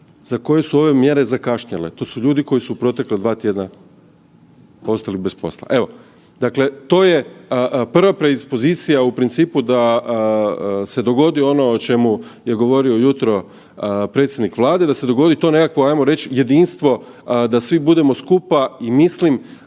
za koje su ove mjere zakašnjele, to su ljudi koji su u protekla dva tjedna ostali bez posla. Evo, dakle to je prva predispozicija u principu da se dogodi ono o čemu je govorio ujutro predsjednik Vlade, da se dogodi to nekakvo ajmo reći jedinstvo da svi budemo skupa i mislim